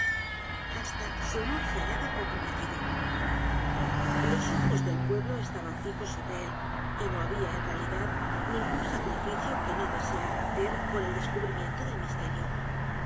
hasta su honor se hallaba comprometido los ojos del pueblo estaban fijos sobre é l y no había en realidad n i n g ú n sacrificio que no deseara hacer por el descubrimiento del misterio